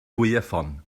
gwaywffon